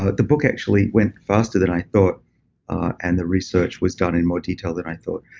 ah the book actually went faster than i thought and the research was done in more detail than i thought.